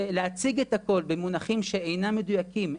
ולהציג את הכל במונחים שאינם מדויקים,